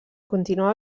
continua